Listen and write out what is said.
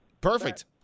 Perfect